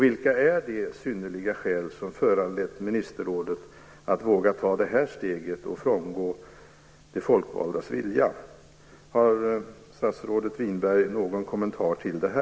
Vilka är de synnerliga skäl som föranlett ministerrådet att våga ta detta steg och frångå de folkvaldas vilja? Har statsrådet Winberg någon kommentar till detta?